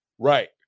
Right